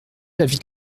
l’avis